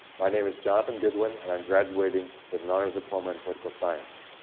my name is jonathan goodwin and i'm graduating with an honors diploma in political science.